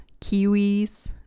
kiwis